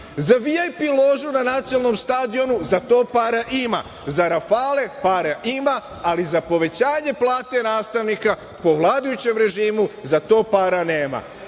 Za VIP ložu na Nacionalnom stadionu, za to para ima. Za „Rafali“ para ima, ali za povećanje plate nastavnika po vladajućem režimu, za to para nema. Ceo